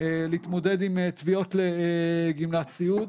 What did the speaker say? להתמודד עם תביעות לגמלת סיעוד,